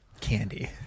candy